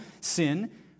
sin